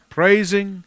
praising